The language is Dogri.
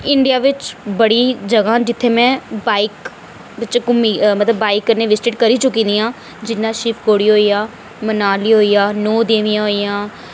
इंडिया बिच बड़ियां जगह् न जित्थै में बाइक कन्नै मतलब बिजिटड़ करी चुकी दी आं जि'यां शिवखोड़ी होई गेआ मनाली होई गेआ नौ दैवियां होई गेइयां